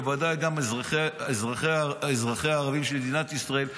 ובוודאי גם אזרחיה הערבים של מדינת ישראל,